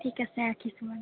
ঠিক আছে ৰাখিছোঁ বাৰু